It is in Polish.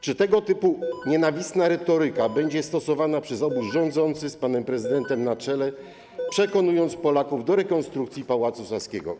Czy tego typu nienawistna retoryka będzie stosowana przez obóz rządzący z panem prezydentem na czele przy przekonywaniu Polaków do rekonstrukcji Pałacu Saskiego?